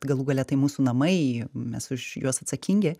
galų gale tai mūsų namai mes už juos atsakingi